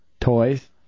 Toys